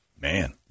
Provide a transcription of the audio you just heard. Man